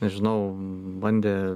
nežinau bandė